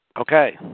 Okay